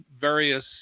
various